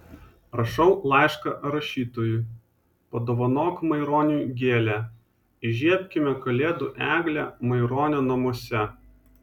rašau laišką rašytojui padovanok maironiui gėlę įžiebkime kalėdų eglę maironio namuose